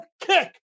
kick